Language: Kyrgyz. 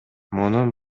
мунун